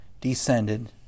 descended